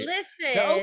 Listen